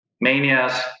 manias